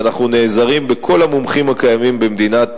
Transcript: ואנחנו נעזרים בכל המומחים הקיימים במדינת